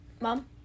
mom